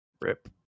Rip